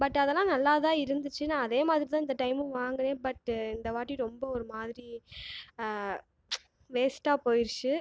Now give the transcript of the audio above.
but அதெலாம் நல்லா தான் இருந்துச்சு நான் அதே மாதிரி தான் இந்த டைமும் வாங்குனன் பட்டு இந்த வாட்டி ரொம்ப ஒரு மாதிரி வேஸ்ட்டா போகிருச்சு